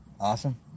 Awesome